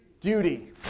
Duty